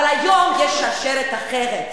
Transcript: אבל היום יש שרשרת אחרת,